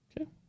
Okay